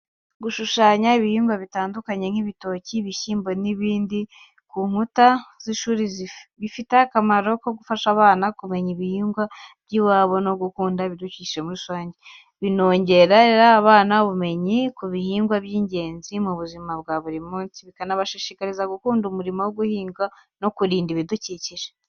Gushushanya ibihingwa bitandukanye nk'ibitoki, ibishyimbo n'ibindi ku nkuta z’ishuri bifite akamaro ko gufasha abana kumenya ibihingwa by’iwabo no gukunda ibidukikije muri rusange. Binongerera abana ubumenyi mu kumenya ibihingwa by’ingenzi mu buzima bwa buri munsi, bikanabashishikariza gukunda umurimo wo guhinga no kurinda ibidukikije.